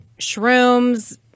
shrooms